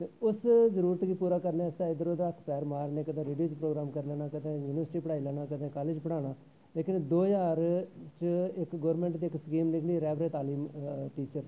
ते उस जरूरत गी पूरा करने आस्तै इद्धर उद्धर हत्थ पैर मारने कदें रेडियो च प्रोग्राम करी लैना कदें यूनिवर्सिटी पढ़ाई लैना कदें कालेज पढ़ाना लेकिन दो ज्हार च एक्क गौरमैंट दी एक्क स्कीम निकली रैह्बर ए तालीम टीचर